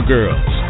Girls